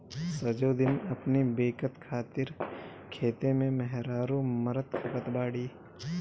सजो दिन अपनी बेकत खातिर खेते में मेहरारू मरत खपत बाड़ी